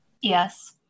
Yes